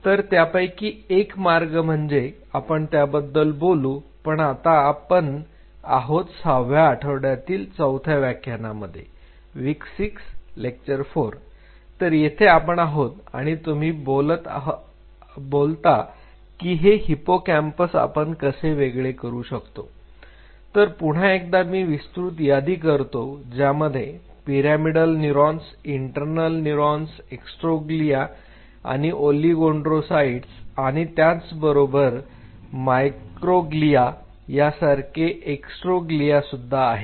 तर त्यापैकी एक मार्ग म्हणजे आपण त्याबद्दल बोलू पण आता आपण आहोत सहाव्या आठवड्यातील चौथ्या व्याख्यानामध्ये W6 L4 तर येथे आपण आहोत आणि आणि तुम्ही बोलता का की हे हिप्पोकॅम्पस आपण कसे वेगळे करू शकतो तर पुन्हा एकदा मी विस्तृत यादी करतो ज्यामध्ये pyramidal neurons internal neurons astroglia आणि ओलीगोडेंडरोसाईट आणि त्याचबरोबर मायक्रोग्लिया यासारखे एस्ट्रोग्लिया सुद्धा आहे